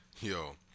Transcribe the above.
Yo